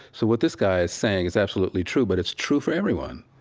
so what this guy is saying is absolutely true, but it's true for everyone.